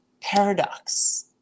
paradox